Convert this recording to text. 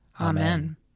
Amen